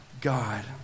God